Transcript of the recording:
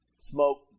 smoke